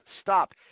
Stop